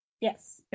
yes